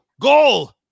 goal